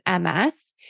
MS